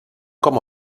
com